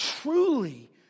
Truly